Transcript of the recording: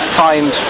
find